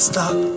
Stop